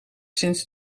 sinds